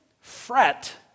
fret